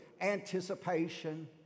anticipation